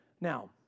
Now